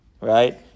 Right